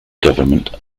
government